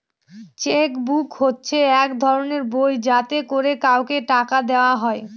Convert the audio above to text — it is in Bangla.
চেক বুক হচ্ছে এক ধরনের বই যাতে করে কাউকে টাকা দেওয়া হয়